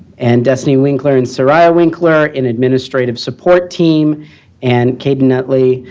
and destiny winkler and soraya winkler in administrative support team and kate netly,